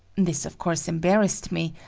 this, of course, embarrassed me,